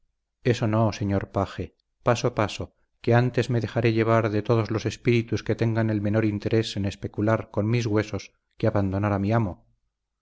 eso no señor paje paso paso que antes me dejaré llevar de todos los espíritus que tengan el menor interés en especular con mis huesos que abandonar a mi amo